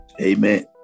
Amen